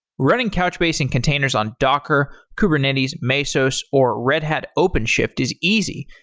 running couchbase in containers on docker, kubernetes, mesos, or red hat openshift is easy,